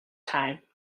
time